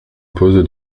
pose